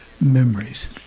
memories